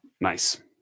Nice